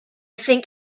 think